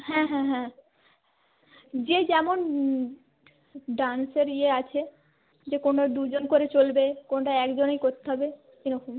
হ্যাঁ হ্যাঁ হ্যাঁ যে যেমন ডান্সের ইয়ে আছে যে কোনও দুজন করে চলবে কোনটা একজনই করতে হবে এরকম